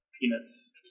peanuts